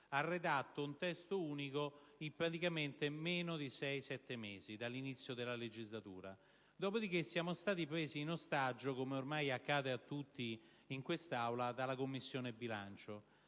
ha redatto un testo unico in circa sei o sette mesi dall'inizio della legislatura; dopo di che siamo stati presi in ostaggio, come ormai accade a tutti in quest'Aula, dalla Commissione bilancio.